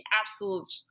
absolute